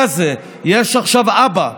יש עכשיו אבא,